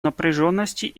напряженности